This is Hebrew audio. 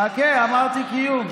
חכה, אמרתי "קיום".